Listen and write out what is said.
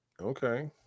Okay